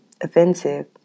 offensive